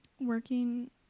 working